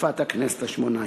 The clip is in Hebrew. בתקופת הכנסת השמונה-עשרה.